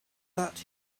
that